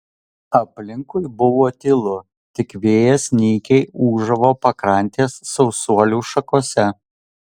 aplinkui buvo tylu tik vėjas nykiai ūžavo pakrantės sausuolių šakose